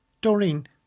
Doreen